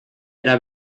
era